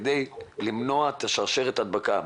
כדי למנוע את שרשרת ההדבקה.